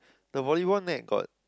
the volleyball net got